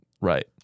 Right